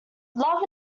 love